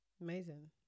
Amazing